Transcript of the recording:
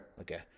okay